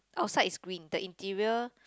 outside is green the interior